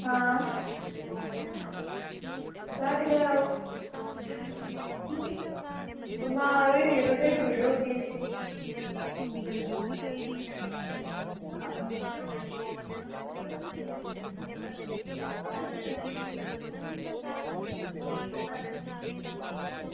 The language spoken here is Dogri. आं घर घै ओह् बमार होई गेदे यरो टिड्ढ पीड़ होआ दी ही उसी